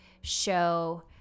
show